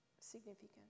significant